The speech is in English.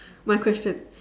my question